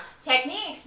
Techniques